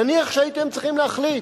נניח שהייתם צריכים להחליט,